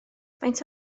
faint